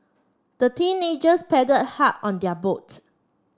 the teenagers hard on their boat